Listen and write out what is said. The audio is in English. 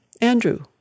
Andrew